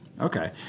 Okay